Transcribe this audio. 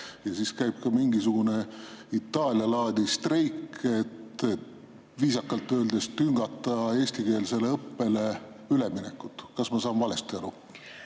ja siis käib mingisugune Itaalia laadi streik, et viisakalt öeldes tüngata eestikeelsele õppele üleminekut? Kas ma saan valesti aru?